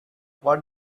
what